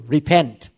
Repent